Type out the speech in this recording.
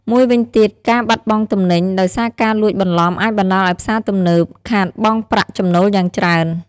មួយវិញទៀតការបាត់បង់ទំនិញដោយសារការលួចបន្លំអាចបណ្តាលឱ្យផ្សារទំនើបខាតបង់ប្រាក់ចំណូលយ៉ាងច្រើន។